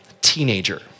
teenager